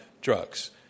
drugs